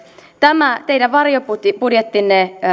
tämä teidän varjobudjettinne